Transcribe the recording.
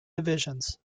divisions